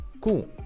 cool